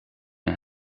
een